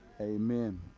amen